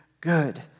good